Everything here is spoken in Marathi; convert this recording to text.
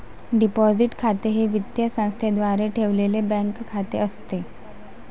डिपॉझिट खाते हे वित्तीय संस्थेद्वारे ठेवलेले बँक खाते असते